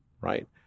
right